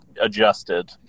adjusted